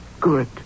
good